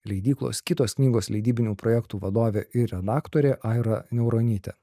leidyklos kitos knygos leidybinių projektų vadovė ir redaktorė aira niauronytė